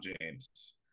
James